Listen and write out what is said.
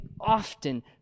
often